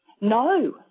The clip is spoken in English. No